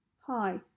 Hi